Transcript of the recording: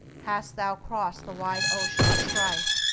hast thou crossed the wide ocean of strife?